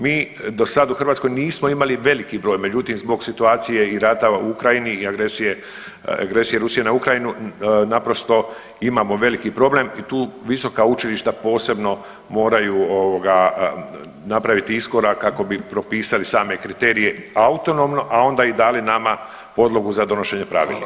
Mi dosad u Hrvatskoj nismo imali veliki broj međutim zbog situacije i rata u Ukrajini i agresije, agresije Rusije na Ukrajinu naprosto imamo veliki problem i tu visoka učilišta posebno moraju ovoga napraviti iskorak kako bi propisali same kriterije autonomno, a onda i dali nama podlogu za donošenje pravilnika.